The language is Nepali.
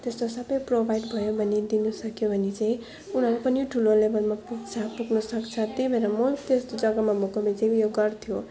त्यस्तो सबै प्रोभाइड भयो भने दिन सक्यो भने चाहिँ उनीहरू पनि ठुलो लेभलमा पुग्छ पुग्न सक्छ त्यही भएर म त्यो जग्गामा भएको भए चाहिँ उयो गर्थ्यो